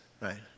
right